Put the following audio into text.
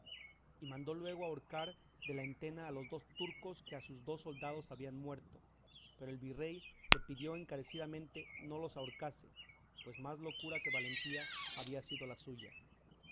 y mandó luego ahorcar de la entena a los dos turcos que a sus dos soldados habían muerto pero el virrey le pidió encarecidamente no los ahorcase pues más locura que valentía había sido la suya